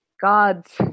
Gods